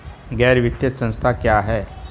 गैर वित्तीय संस्था क्या है?